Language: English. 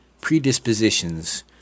predispositions